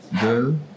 girl